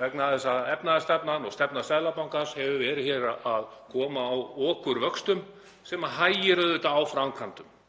vegna þess að efnahagsstefnan og stefna Seðlabankans hefur verið að koma á okurvöxtum, sem hægir auðvitað á framkvæmdum